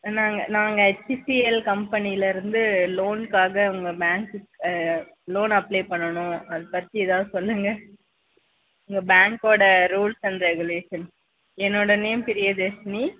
என்னாங்க நாங்கள் ஹெச்சிஎல் கம்பெனியிலருந்து லோன்க்காக உங்கள் பேங்கில் லோன் அப்ளை பண்ணனும் அதைப்பத்தி எதாவது சொல்லுங்கள் உங்கள் பேங்க்கோட ரூல்ஸ் அன்ட் ரெகுலேஷன் என்னோட நேம் பிரியதர்ஷினி